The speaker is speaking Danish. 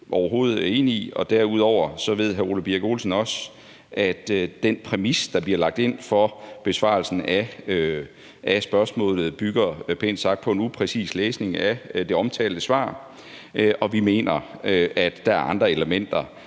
overhovedet ikke enig i, og derudover ved hr. Ole Birk Olesen også, at den præmis, der bliver lagt ind for besvarelsen af spørgsmålet, pænt sagt bygger på en upræcis læsning af det omtalte svar. Vi mener, at der er andre elementer